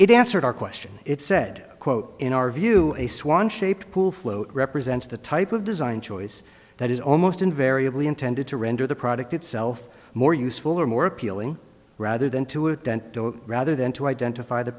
it answered our question it said quote in our view a swan shaped pool float represents the type of design choice that is almost invariably intended to render the product itself more useful or more appealing rather than to it then rather than to identify the